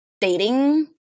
dating